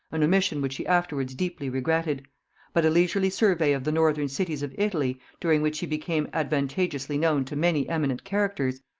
an omission which he afterwards deeply regretted but a leisurely survey of the northern cities of italy, during which he became advantageously known to many eminent characters,